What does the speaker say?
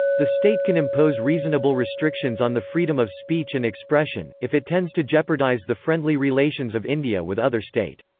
the state can impose reasonable restrictions on the freedom of speech and expression if it tends to jeopardise the friendly relations of india with other state.